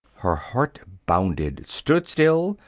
her heart bounded, stood still,